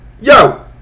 Yo